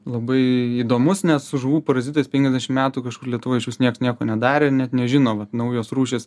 labai įdomus nes su žuvų parazitais penkiasdešim metų kažkur lietuvoj išvis nieks nieko nedarė net nežino va naujos rūšys